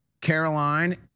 Caroline